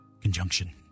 Conjunction